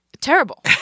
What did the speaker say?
terrible